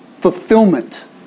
fulfillment